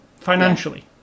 financially